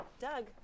Doug